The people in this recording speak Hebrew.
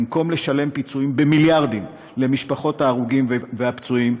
במקום לשלם פיצויים במיליארדים למשפחות ההרוגים והפצועים,